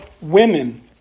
women